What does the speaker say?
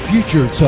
Future